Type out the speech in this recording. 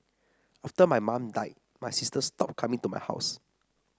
after my mum died my sister stopped coming to my house